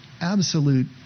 absolute